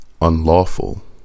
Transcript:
Unlawful